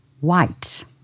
white